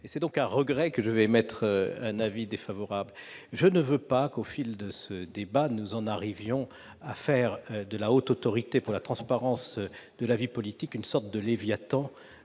et c'est donc à regret que je vais émettre un avis défavorable. En effet, je ne voudrais pas que, au fil de ce débat, nous en arrivions à faire de la Haute Autorité pour la transparence de la vie politique une sorte de Léviathan